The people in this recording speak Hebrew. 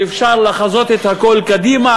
שאפשר לחזות את הכול קדימה,